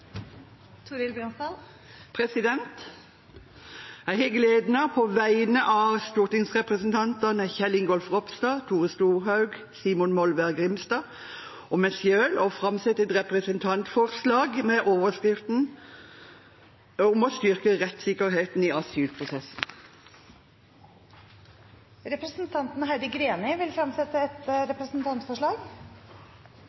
Torhild Bransdal vil fremsette et representantforslag. Jeg har gleden av på vegne av stortingsrepresentantene Kjell Ingolf Ropstad, Tore Storehaug, Simon Molvær Grimstad og meg selv å sette fram et representantforslag om å styrke rettssikkerheten i asylprosessen. Representanten Heidi Greni vil fremsette et